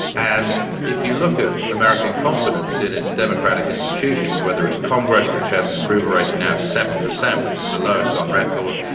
and if you look at american confidence in its democratic institutions, whether it's congress which has an approval rating now of seven percent which is the lowest on record,